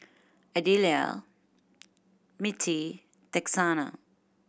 Adelia Mittie Texanna